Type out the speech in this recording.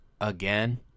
Again